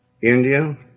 India